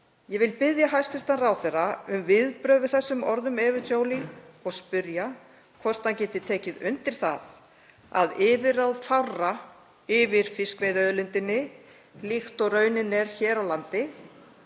Ég vil biðja hæstv. ráðherra um viðbrögð við þessum orðum Evu Joly og spyrja hvort hann geti tekið undir það að yfirráð fárra yfir fiskveiðiauðlindinni, líkt og raunin er hér á landi,